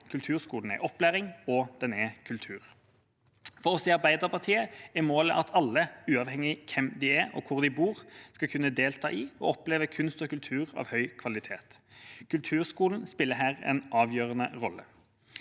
Kulturskolen er opplæring, og den er kultur. For oss i Arbeiderpartiet er målet at alle, uavhengig av hvem de er, og hvor de bor, skal kunne delta i og oppleve kunst og kultur av høy kvalitet. Kulturskolen spiller her en avgjørende rolle.